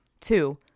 two